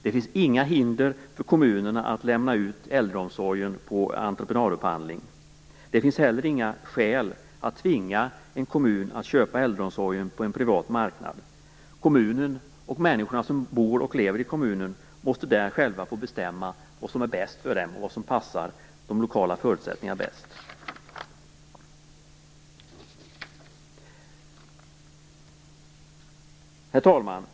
Det finns inga hinder för kommunen att lämna ut äldreomsorgen på entreprenadupphandling. Det finns heller inga skäl att tvinga en kommun att köpa äldreomsorgen på en privat marknad. Kommunen och människorna som bor och lever i kommunen måste själva få bestämma vad som är bäst för dem och vad som passar de lokala förutsättningarna bäst. Herr talman!